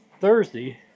Thursday